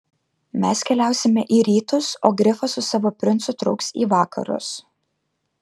mes keliausime į rytus o grifas su savo princu trauks į vakarus